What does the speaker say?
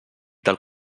del